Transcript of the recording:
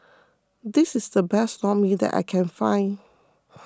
this is the best Lor Mee that I can find